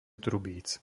trubíc